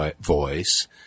voice